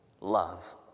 love